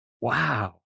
Wow